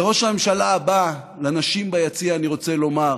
וראש הממשלה הבא, לנשים ביציע אני רוצה לומר,